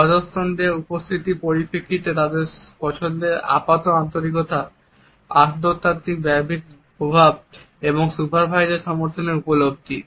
অধস্তনদের উপলব্ধির পরিপ্রেক্ষিতে তাদের পছন্দের আপাত আন্তরিকতা আন্তঃব্যক্তিক প্রভাব এবং সুপারভাইজার সমর্থনের উপলব্ধি